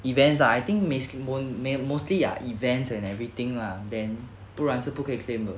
events ah I think miss moon may mostly are events and everything lah then 不然是不可以 claim 的